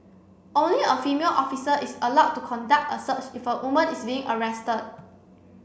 only a female officer is allowed to conduct a search if a woman is being arrested